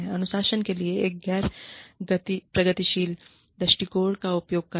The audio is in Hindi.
अनुशासन के लिए एक गैर प्रगतिशील दृष्टिकोण का उपयोग करना